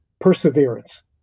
perseverance